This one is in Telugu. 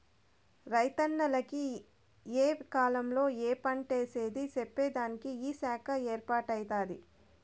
రైతన్నల కి ఏ కాలంలో ఏ పంటేసేది చెప్పేదానికి ఈ శాఖ ఏర్పాటై దాది